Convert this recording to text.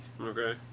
Okay